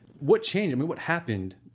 what change, i mean what happened,